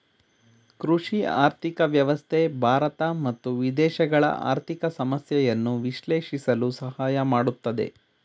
ಕೃಷಿ ಆರ್ಥಿಕ ವ್ಯವಸ್ಥೆ ಭಾರತ ಮತ್ತು ವಿದೇಶಗಳ ಆರ್ಥಿಕ ಸಮಸ್ಯೆಯನ್ನು ವಿಶ್ಲೇಷಿಸಲು ಸಹಾಯ ಮಾಡುತ್ತದೆ